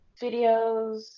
videos